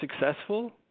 successful